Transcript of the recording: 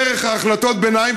דרך החלטות הביניים,